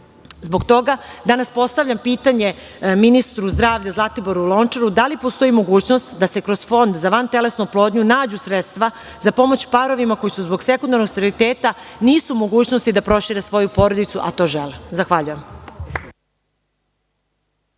Zbog toga, danas postavljam pitanje ministru zdravlja Zlatiboru Lončaru – da li postoji mogućnost da se kroz Fond za vantelesnu oplodnju nađu sredstva za pomoć parovima koji zbog sekundarnog steriliteta nisu u mogućnosti da prošire svoju porodicu, a to žele? Zahvaljujem.